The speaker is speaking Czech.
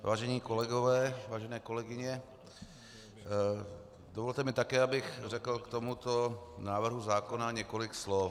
Vážení kolegové, vážené kolegyně, dovolte mi také, abych řekl k tomuto návrhu zákona několik slov.